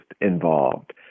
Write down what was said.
involved